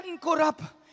Corrupt